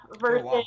versus